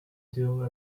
deal